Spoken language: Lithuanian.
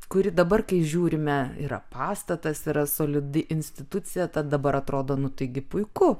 kuri dabar kai žiūrime yra pastatas yra solidi institucija tad dabar atrodo nu taigi puiku